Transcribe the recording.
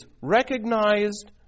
recognized